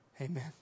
Amen